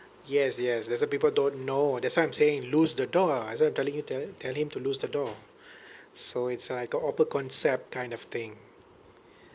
yes yes that's why people don't know that's why I'm saying lose the door that's why I'm telling you tell tell him to lose the door so it's like a open concept kind of thing